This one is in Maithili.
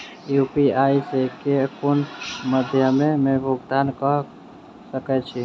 यु.पी.आई सऽ केँ कुन मध्यमे मे भुगतान कऽ सकय छी?